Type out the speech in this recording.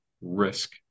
risk